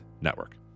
Network